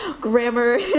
grammar